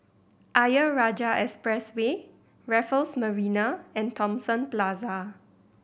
Ayer Rajah Expressway Raffles Marina and Thomson Plaza